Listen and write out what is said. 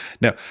Now